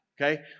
okay